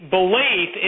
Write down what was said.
belief